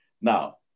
Now